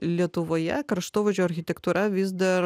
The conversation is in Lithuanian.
lietuvoje kraštovaizdžio architektūra vis dar